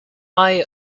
young